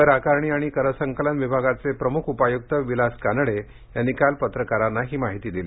कर आकारणी आणि कर संकलन विभागाचे प्रमुख उपायुक्त विलास कानडे यांनी काल पत्रकारांना ही माहिती दिली